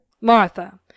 Martha